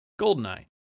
GoldenEye